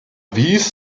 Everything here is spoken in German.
wies